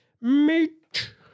Meat